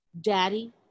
daddy